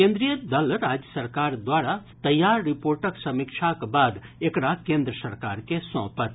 केन्द्रीय दल राज्य सरकार द्वारा तैयार रिपोर्टक समीक्षाक बाद एकरा केन्द्र सरकार के सौंपत